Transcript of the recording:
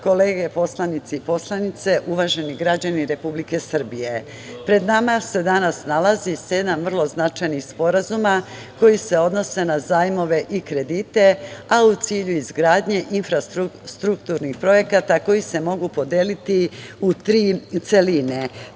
kolege poslanici i poslanice, uvaženi građani Republike Srbije, pred nama se danas nalazi sedam vrlo značajnih sporazuma koji se odnose na zajmove i kredite, a u cilju izgradnje infrastrukturnih projekata koji se mogu podeliti u tri celine.